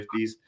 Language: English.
50s